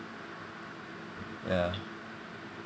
ya